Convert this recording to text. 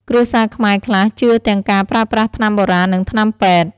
គ្រួសារខ្មែរខ្លះជឿទាំងការប្រើប្រាស់ថ្នាំបុរាណ និងថ្នាំពេទ្យ។